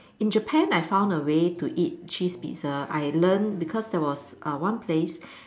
in Japan I found a way to eat cheese Pizza I learn because there uh was one place